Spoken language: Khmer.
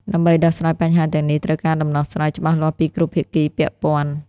ដើម្បីដោះស្រាយបញ្ហាទាំងនេះ ត្រូវការ ដំណោះស្រាយ ច្បាស់លាស់ពីគ្រប់ភាគីពាក់ព័ន្ធ។